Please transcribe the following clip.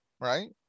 right